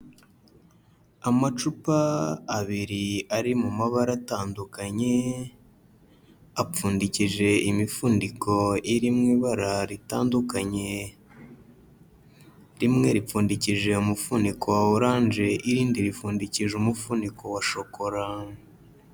Amacupa abiri ari mumabara atandukanye apfundikishije imifundiko iri mu ibara ritandukanye, rimwe ripfundikishije umufuniko wa orange irindi ripfundikishije umufuniko wa shokora.